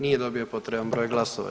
Nije dobio potreban broj glasova.